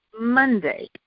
Monday